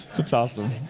that's awesome.